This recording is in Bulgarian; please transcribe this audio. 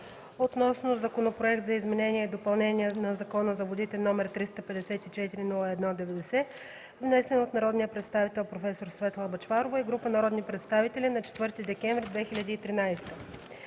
относно Законопроект за изменение и допълнение на Закона за водите, № 354-01-90, внесен от народния представител проф. Светла Бъчварова и група народни представители на 4 декември 2013